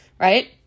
Right